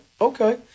Okay